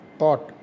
thought